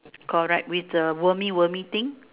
correct with the wormy wormy thing